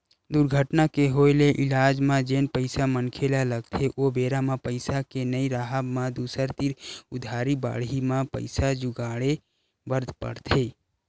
दुरघटना के होय ले इलाज म जेन पइसा मनखे ल लगथे ओ बेरा म पइसा के नइ राहब म दूसर तीर उधारी बाड़ही म पइसा जुगाड़े बर परथे